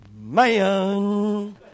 man